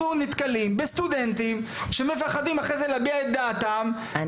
נתקלים בסטודנטים שמפחדים אחרי זה להביע את דעתם,